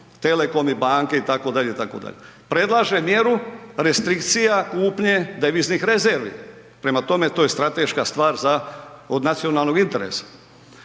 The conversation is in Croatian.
Telekom i banke itd., itd. predlaže mjeru restrikcija kupnje deviznih rezervi, prema tome, to je strateška stvar od nacionalnog interesa.